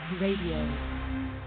Radio